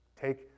Take